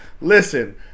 Listen